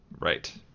Right